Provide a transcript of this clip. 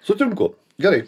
sutinku gerai